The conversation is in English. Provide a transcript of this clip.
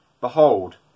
Behold